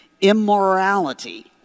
immorality